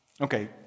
Okay